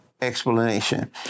explanation